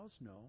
No